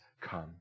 come